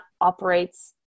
operates